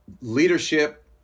leadership